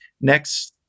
next